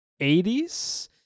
80s